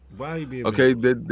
Okay